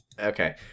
Okay